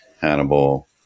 Hannibal